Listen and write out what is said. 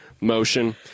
motion